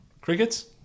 Crickets